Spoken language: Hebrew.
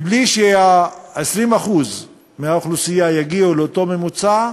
בלי ש-20% מהאוכלוסייה יגיעו לאותו ממוצע,